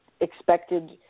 expected